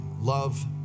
Love